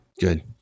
Good